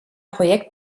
projekt